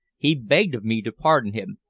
he begged of me to pardon him,